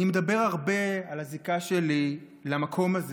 אני מדבר הרבה על הזיקה שלי למקום הזה,